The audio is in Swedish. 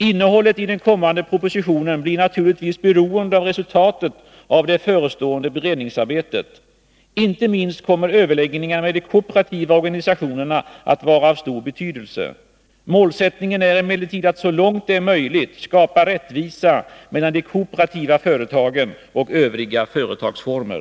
Innehållet i den kommande propositionen blir naturligtvis beroende av resultatet av det förestående beredningsarbetet. Inte minst överläggningarna med de kooperativa organisationerna kommer att vara av stor betydelse. Målsättningen är emellertid att så långt det är möjligt skapa rättvisa mellan de kooperativa företagen och övriga företagsformer.